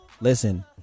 listen